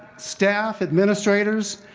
staff, administrators,